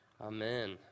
amen